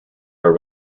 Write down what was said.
are